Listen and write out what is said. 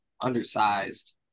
undersized